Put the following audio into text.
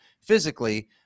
physically